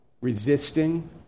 Resisting